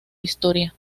historia